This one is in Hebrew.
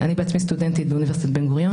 אני בעצמי סטודנטית באוניברסיטת בן גוריון,